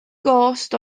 gost